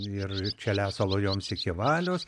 ir čia lesalo joms iki valios